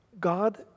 god